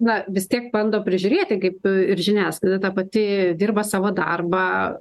na vis tiek bando prižiūrėti kaip ir žiniasklaida ta pati dirba savo darbą